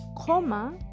comma